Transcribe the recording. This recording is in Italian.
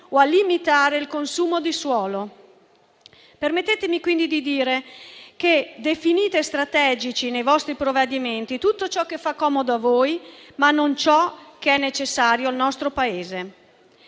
o a limitare il consumo di suolo. Permettetemi quindi di dire che definite strategici, nei vostri provvedimenti, tutto ciò che fa comodo a voi, ma non ciò che è necessario al nostro Paese.